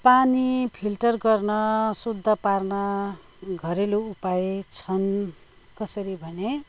पानी फिल्टर गर्न शुद्ध पार्न घरेलु उपाय छन् कसरी भने